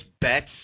bets